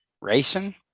racing